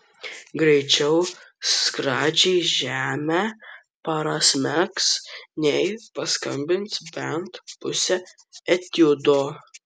greičiau skradžiai žemę prasmegs nei paskambins bent pusę etiudo